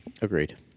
Agreed